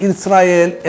Israel